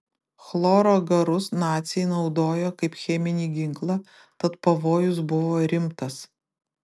chloro garus naciai naudojo kaip cheminį ginklą tad pavojus buvo rimtas